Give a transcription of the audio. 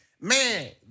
Man